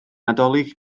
nadolig